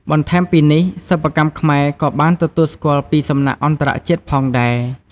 បន្ថែមពីនេះ សិប្បកម្មខ្មែរក៏បានទទួលស្គាល់ពីសំណាក់អន្តរជាតិផងដែរ។